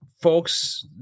folks